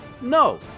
no